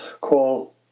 call